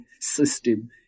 system